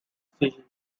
fission